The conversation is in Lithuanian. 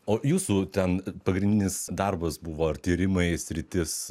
o jūsų ten pagrindinis darbas buvo ar tyrimai sritis